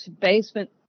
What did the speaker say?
basement